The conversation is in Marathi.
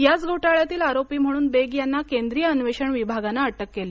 याच घोटाळ्यातील आरोपी म्हणून बेग यांना केंद्रीय अन्वेषण विभागानं अटक केली